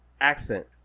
accent